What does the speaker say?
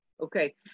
Okay